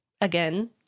again